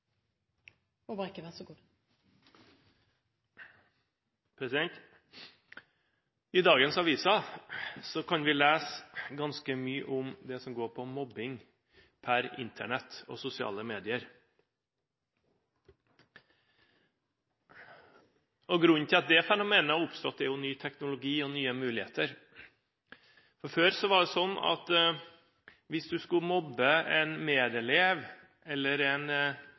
I dagens aviser kan vi lese ganske mye om det som går på mobbing per Internett og sosiale medier. Grunnen til at det fenomenet er oppstått, er ny teknologi og nye muligheter. Før var det sånn at hvis du skulle mobbe en medelev eller en